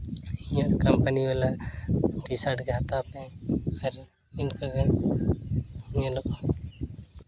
ᱤᱧᱟᱹᱜ ᱠᱚᱢᱯᱟᱹᱱᱤ ᱵᱟᱞᱟ T-shirt ᱜᱮ ᱦᱟᱛᱟᱣ ᱯᱮ ᱟᱨ ᱤᱱᱠᱟᱹ ᱜᱮ ᱧᱮᱞᱚᱜᱼᱟ